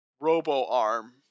robo-arm